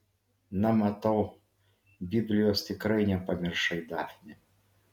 na matau biblijos tikrai nepamiršai dafne